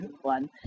one